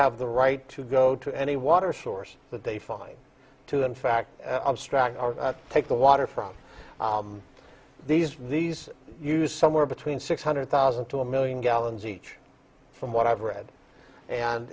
have the right to go to any water source that they find to them fact stracke take the water from these these use somewhere between six hundred thousand to a million gallons each from what i've read